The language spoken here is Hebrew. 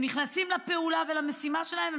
הם נכנסים לפעולה ולמשימה שלהם,